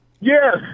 Yes